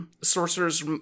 sorcerer's